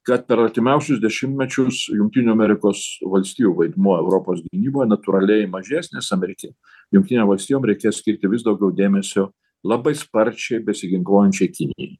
kad per artimiausius dešimtmečius jungtinių amerikos valstijų vaidmuo europos gynyboj natūraliai mažės nes amerikie jungtinėm valstijom reikės skirti vis daugiau dėmesio labai sparčiai besiginkluojančiai kinijai